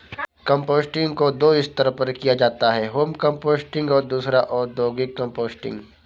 composting को दो स्तर पर किया जाता है होम कंपोस्टिंग और दूसरा औद्योगिक कंपोस्टिंग